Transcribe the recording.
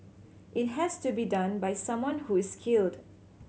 it has to be done by someone who's skilled